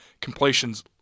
completions